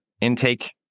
intake